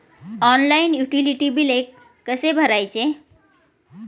Online utility बिले कसे भरायचे?